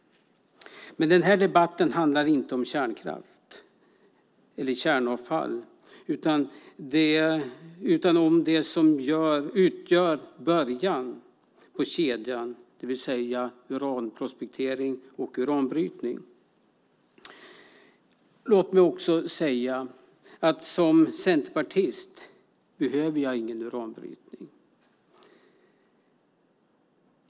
Den här debatten handlar inte om kärnavfall utan om det som utgör början av kedjan, det vill säga uranprospektering och uranbrytning. Låt mig säga att som centerpartist behöver jag ingen uranbrytning.